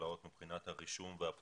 בטבלאות מבחינת הרישום, הפניות,